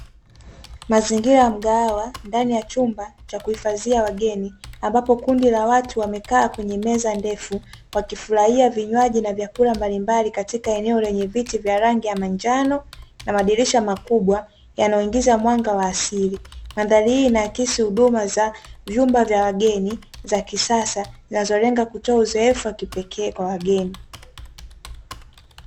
Mazingira ya mgahawa ndani ya chumba cha kuhifadhia wageni, ambapo kundi la watu wamekaa kwenye meza ndefu wakifurahia vinywaji na vyakula mbalimbali katika eneo lenye viti vya rangi ya manjano na madirisha makubwa yanayoingiza mwanga wa asili, mandhari hii inaakisi huduma za vyumba vya wageni za kisasa zinazolenga kutoa uzoefu wa kipekee kwa wageni.